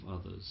others